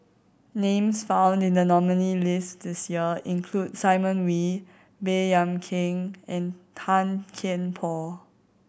names found in the nominee list this year include Simon Wee Baey Yam Keng and Tan Kian Por